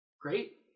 Great